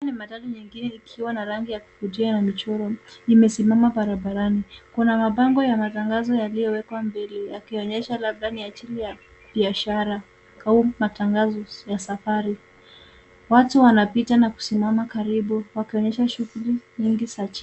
Haya ni matatu nyingine yakiwa na rangi ya kuvutia na mchoro imezima barabarani. Kuna mabango ya matangazo yaliowekwa mbele yakionyesha labda ni ajili ya biashara au matangazo ya safari. Watu wanapita na kusimama karibu nawakionyesha shughuli nyingi .